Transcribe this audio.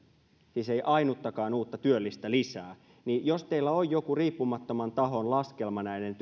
siis ei ainuttakaan uutta työllistä lisää niin jos teillä on joku riippumattoman tahon laskelma näiden